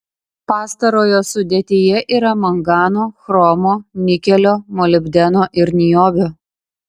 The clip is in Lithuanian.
pastarojo sudėtyje yra mangano chromo nikelio molibdeno ir niobio